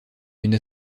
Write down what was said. une